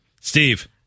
Steve